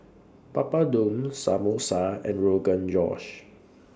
Papadum Samosa and Rogan Josh